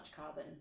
carbon